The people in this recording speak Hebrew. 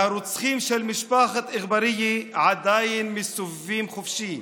והרוצחים של משפחת אגברייה עדיין מסתובבים חופשי.